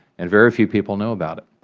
and very few people know about it.